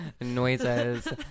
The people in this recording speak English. Noises